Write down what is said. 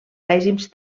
règims